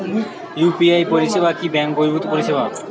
UPI পরিসেবা কি bank বর্হিভুত পরিসেবা?